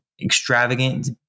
Extravagant